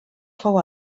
fou